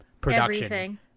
production